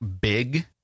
big